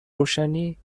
روشنی